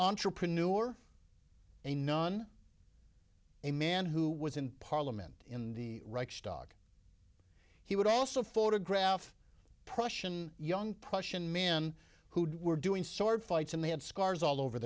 entrepreneur a nun a man who was in parliament in the reichstag he would also photograph prussian young prussian man who were doing sword fights and they had scars all over